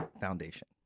foundation